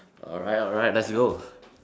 alright alright let's go